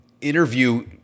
interview